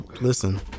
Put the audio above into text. Listen